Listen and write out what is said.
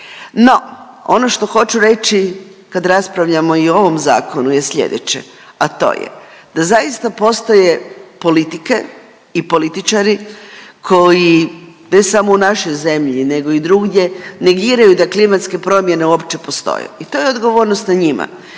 No, ono što hoću reći kad raspravljamo i o ovom zakonu je slijedeće, a to je da zaista postoje politike i političari koji ne samo u našoj zemlji nego i drugdje negiraju da klimatske promjene uopće postoje i to je odgovornost na njima.